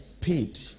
Paid